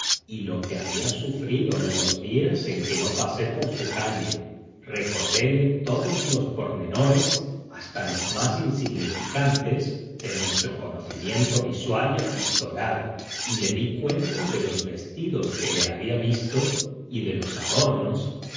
y lo que había sufrido en los días en que no pasé por su calle recordele todos los pormenores hasta los más insignificantes de nuestro conocimiento visual y epistolar y le di cuenta de los vestidos que le había visto y de los adornos